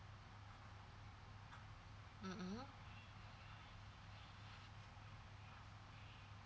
mmhmm